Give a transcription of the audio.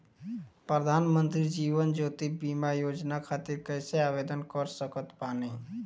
प्रधानमंत्री जीवन ज्योति बीमा योजना खातिर कैसे आवेदन कर सकत बानी?